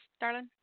darling